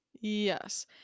Yes